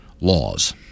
laws